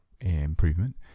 improvement